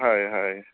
হয় হয়